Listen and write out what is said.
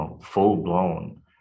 full-blown